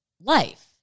life